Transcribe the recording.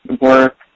work